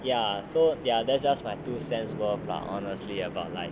ya so ya that's that's just my two cents worth lah honestly about like